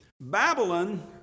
Babylon